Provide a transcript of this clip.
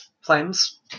Flames